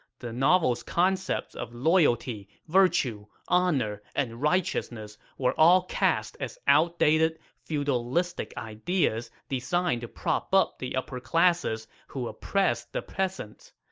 the novel's concepts of loyalty, virtue, honor, and righteousness were all cast as outdated, feudalistic ideas designed to prop up the upper classes who oppressed the peasants.